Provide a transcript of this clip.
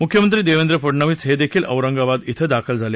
मुख्यमंत्री देवेंद्र फडणवीस हेदेखील औरंगाबाद इथं दाखल झाले